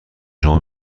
شما